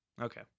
okay